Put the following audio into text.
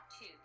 two